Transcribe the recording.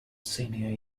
senior